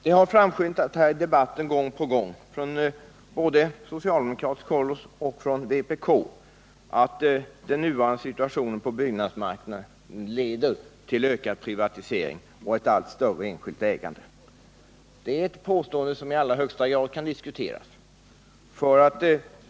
Det har framskymtat i debatten gång på gång, både från socialdemokratiskt håll och från vpk, att den nuvarande situationen på bostadsmarknaden leder till ökad privatisering och ett allt större enskilt ägande. Det är ett påstående som i allra högsta grad kan diskuteras.